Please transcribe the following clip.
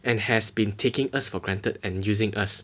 and has been taking us for granted and using us